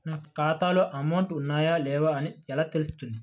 నా ఖాతాలో అమౌంట్ ఉన్నాయా లేవా అని ఎలా తెలుస్తుంది?